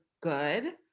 good